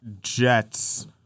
Jets